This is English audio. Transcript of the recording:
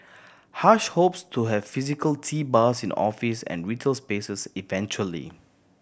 Hush hopes to have physical tea bars in offices and retail spaces eventually